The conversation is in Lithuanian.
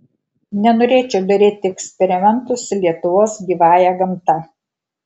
nenorėčiau daryti eksperimentų su lietuvos gyvąja gamta